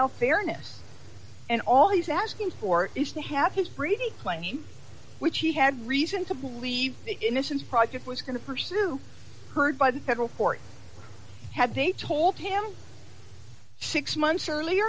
about fairness and all he's asking for is to have his breeding claim which he had reason to believe the innocence project was going to pursue heard by the federal court had they told him six months earlier